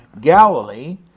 Galilee